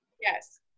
Yes